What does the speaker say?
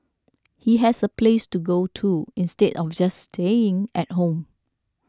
he has a place to go to instead of just staying at home